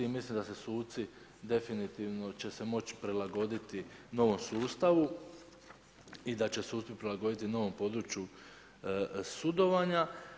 I mislim da se suci definitivno će se moći prilagoditi novom sustavu i da će se uspjeti prilagoditi novom području sudovanja.